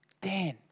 Dan